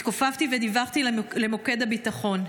התכופפתי ודיווחתי למוקד הביטחון.